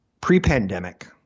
Pre-pandemic